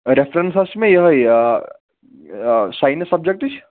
reference حظ چھِ مےٚ یہٕے ساینس سبجَکٹٕچ